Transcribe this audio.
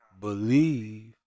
believe